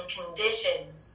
conditions